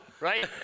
right